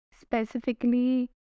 specifically